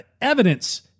Evidence